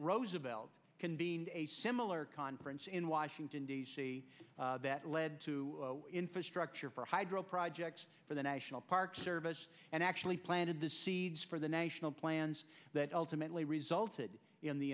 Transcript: roosevelt convened a similar conference in washington d c that led to infrastructure for hydro projects for the national park service and actually planted the seeds for the national plans that ultimately resulted in the